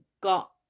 Got